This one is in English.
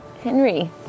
Henry